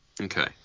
Okay